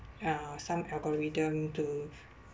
uh some algorithm to